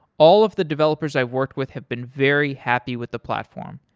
all of the developers i've worked with have been very happy with the platform.